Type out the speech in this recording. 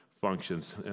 functions